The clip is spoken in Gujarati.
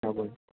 હા બોલો